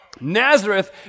Nazareth